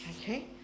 okay